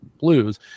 blues